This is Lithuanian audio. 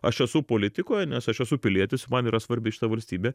aš esu politikoje nes aš esu pilietis ir man yra svarbi šita valstybė